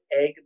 egg